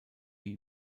wie